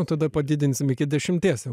o tada padidinsim iki dešimties ten